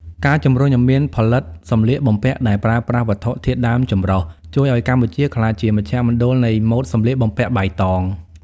ការជំរុញឱ្យមានការផលិតសម្លៀកបំពាក់ដែលប្រើប្រាស់វត្ថុធាតុដើមចម្រុះជួយឱ្យកម្ពុជាក្លាយជាមជ្ឈមណ្ឌលនៃម៉ូដសម្លៀកបំពាក់បៃតង។